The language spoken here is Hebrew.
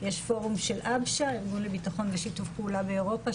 יש פורום של ארגון לביטחון ושיתוף פעולה באירופה,